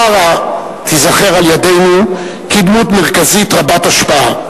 שרה תיזכר אצלנו כדמות מרכזית רבת השפעה.